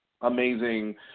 amazing